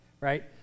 right